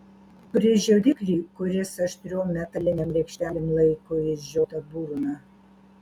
turi žiodiklį kuris aštriom metalinėm lėkštelėm laiko išžiotą burną